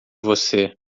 você